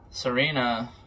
Serena